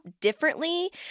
differently